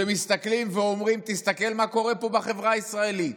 שמסתכלים ואומרים: תסתכל מה קורה פה בחברה הישראלית.